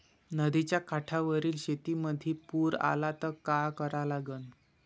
नदीच्या काठावरील शेतीमंदी पूर आला त का करा लागन?